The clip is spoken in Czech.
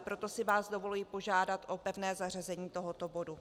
Proto si vás dovoluji požádat o pevné zařazení tohoto bodu.